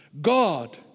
God